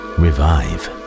revive